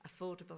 affordable